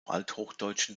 althochdeutschen